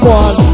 one